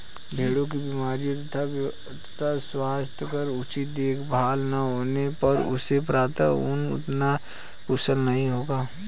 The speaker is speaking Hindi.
भेड़ों की बीमारियों तथा स्वास्थ्य का उचित देखभाल न होने पर उनसे प्राप्त ऊन उतना कुशल नहीं होगा